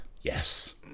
yes